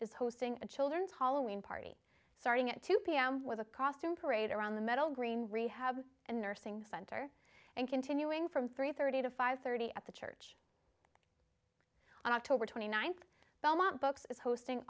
is hosting a children's hollowing party starting at two pm with a costume parade around the middle green rehab and nursing center and continuing from three thirty to five thirty at the church on october twenty ninth belmont books is hosting